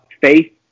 faith